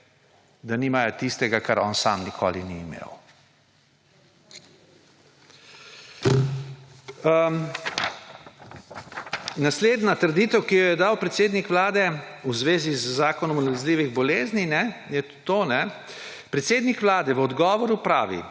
da nimajo tistega, kar on sam nikoli ni imel. Naslednja trditev, ki jo je dal predsednik vlade v zvezi z Zakonom o nalezljivih bolezni je tudi to, da predsednik Vlade v odgovoru pravi: